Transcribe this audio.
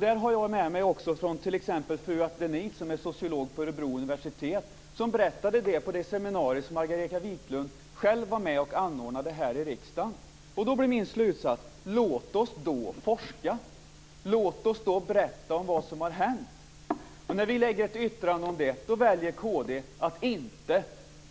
Där har jag med mig t.ex. Fuat Deniz som är sociolog på Örebro universitet, som berättade det på det seminarium som Margareta Viklund själv var med och anordnade här i riksdagen. Då blir min slutsats att vi ska forska. Låt oss berätta om vad som har hänt! När vi lägger fram ett yttrande om det väljer kd att inte